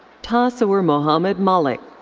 tasawr mohammed malik.